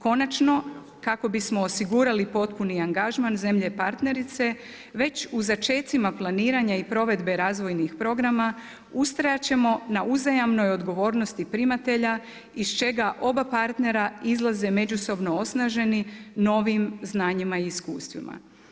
Konačno kako bismo osigurali potpuni angažman zemlje partnerice već u začecima planiranja i provedbe razvojnih programa ustrajati ćemo na uzajamnoj odgovornosti primatelja iz čega oba partnera izlaze međusobno osnaženi novim znanjima i iskustvima.